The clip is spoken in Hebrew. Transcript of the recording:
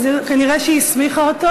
אז כנראה היא הסמיכה אותו.